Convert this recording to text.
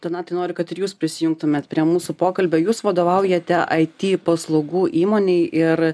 donatai noriu kad ir jūs prisijungtumėt prie mūsų pokalbio jūs vadovaujate it paslaugų įmonei ir